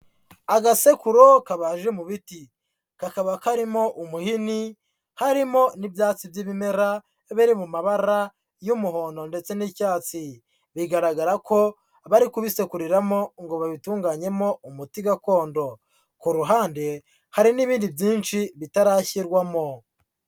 Agasekururo kabaje mu biti, kakaba karimo umuhini, harimo n'ibyatsi by'ibimera biri mu mabara y'umuhondo ndetse n'icyatsi, bigaragara ko bari kubisekuriramo ngo babitunganyemo umuti gakondo, ku ruhande hari n'ibindi byinshi bitarashyirwamo.